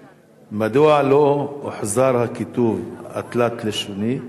2. מדוע לא הוחזר הכיתוב התלת-לשוני?